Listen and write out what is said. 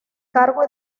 cargo